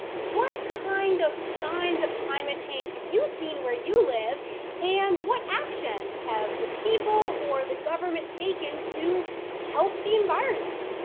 what kind of signs of climate change have you seen where you live and what actions have the people or the government taken to help the environment?